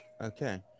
Okay